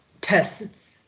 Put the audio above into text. tests